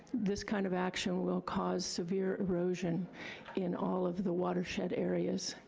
this kind of action will cause severe erosion in all of the watershed areas,